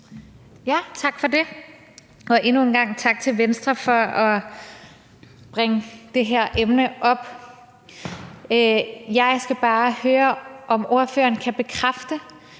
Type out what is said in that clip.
Tak for det. Og endnu en gang tak til Venstre for at bringe det her emne op. Jeg skal bare høre, om ordføreren kan bekræfte,